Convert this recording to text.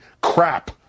crap